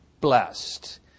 blessed